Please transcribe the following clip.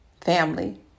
family